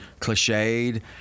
cliched